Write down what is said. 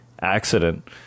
accident